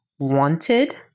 wanted